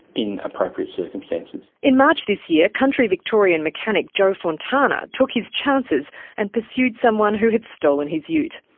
in appropriate circumstances. in march this year, country victorian mechanic joe fontana took his chances and pursued someone who had stolen his ute.